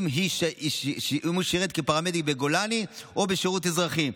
אם הוא שירת כפרמדיק בגולני או בשירות אזרחי.